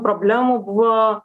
problemų buvo